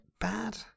bad